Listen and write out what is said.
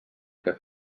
que